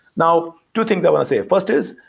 now, two things i want to say. first is,